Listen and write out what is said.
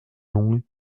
longue